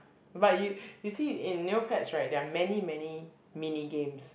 but you you see in Neopets right there are many many mini games